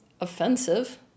offensive